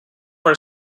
are